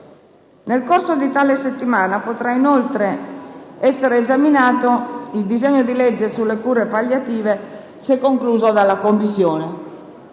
Nel corso di tale settimana potrà inoltre essere esaminato il disegno di legge sulle cure palliative, se concluso dalla Commissione.